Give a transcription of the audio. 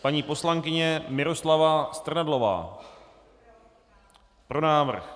Paní poslankyně Miroslava Strnadlová: Pro návrh.